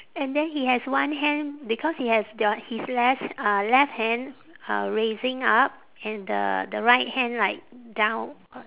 and then he has one hand because he has th~ his left uh left hand uh raising up and the the right hand like down